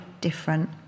different